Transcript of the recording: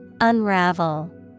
Unravel